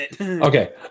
Okay